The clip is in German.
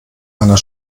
einer